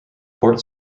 fort